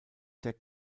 der